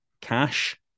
cash